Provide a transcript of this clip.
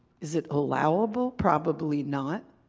is it allowable? probably not.